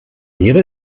wäre